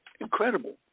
Incredible